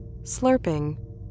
Slurping